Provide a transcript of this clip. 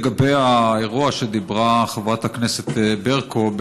לגבי האירוע שדיברה עליו חברת הכנסת ברקו,